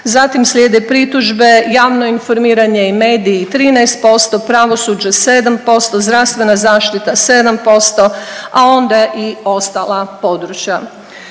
Zatim slijede pritužbe, javno informiranje i mediji 13%, pravosuđe 7%, zdravstvena zaštita 7%, a onda i ostala područja.